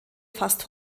fast